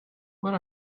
what